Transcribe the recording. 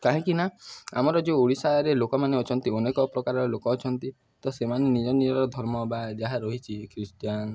କାହିଁକି ନା ଆମର ଯେଉଁ ଓଡ଼ିଶାରେ ଲୋକମାନେ ଅଛନ୍ତି ଅନେକ ପ୍ରକାରର ଲୋକ ଅଛନ୍ତି ତ ସେମାନେ ନିଜ ନିଜର ଧର୍ମ ବା ଯାହା ରହିଛି ଖ୍ରୀଷ୍ଟିଆନ୍